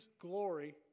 glory